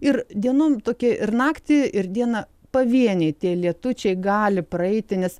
ir dienom tokie ir naktį ir dieną pavieniai tie lietučiai gali praeiti nes